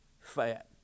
fat